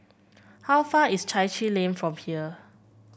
how far is Chai Chee Lane from here